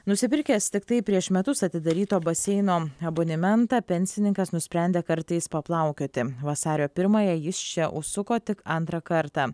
nusipirkęs tiktai prieš metus atidaryto baseino abonementą pensininkas nusprendė kartais paplaukioti vasario primąją jis čia užsuko tik antrą kartą